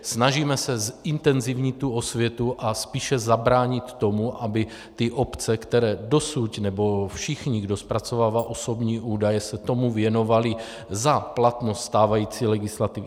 Snažíme se zintenzivnit osvětu a spíše zabránit tomu, aby ty obce, které dosud, nebo všichni, kdo zpracovávají osobní údaje, se tomu věnovali za platnost stávající legislativy.